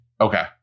Okay